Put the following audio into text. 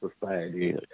society